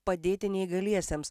padėti neįgaliesiems